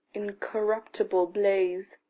incorruptible blaze.